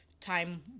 time